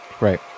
Right